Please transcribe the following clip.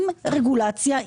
עם רגולציה,